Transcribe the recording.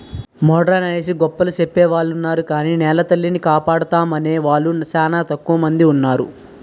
modern అనేసి గొప్పలు సెప్పెవొలున్నారు గాని నెలతల్లిని కాపాడుతామనేవూలు సానా తక్కువ మందున్నారు